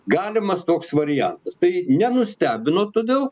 galimas toks variantas tai nenustebino todėl